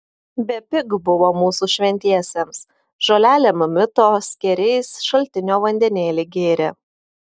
bepig buvo mūsų šventiesiems žolelėm mito skėriais šaltinio vandenėlį gėrė